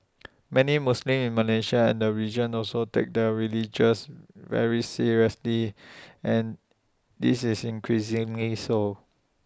many Muslims in Malaysia and the region also take their religion very seriously and this is increasingly so